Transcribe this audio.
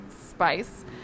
spice